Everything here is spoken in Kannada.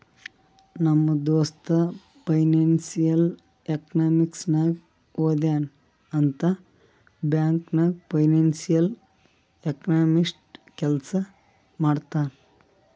ನಮ್ ದೋಸ್ತ ಫೈನಾನ್ಸಿಯಲ್ ಎಕನಾಮಿಕ್ಸ್ ನಾಗೆ ಓದ್ಯಾನ್ ಅಂತ್ ಬ್ಯಾಂಕ್ ನಾಗ್ ಫೈನಾನ್ಸಿಯಲ್ ಎಕನಾಮಿಸ್ಟ್ ಕೆಲ್ಸಾ ಮಾಡ್ತಾನ್